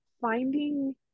finding